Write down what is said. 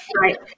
Right